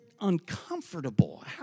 uncomfortable